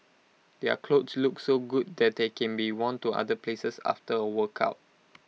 their clothes look so good that they can be worn to other places after A workout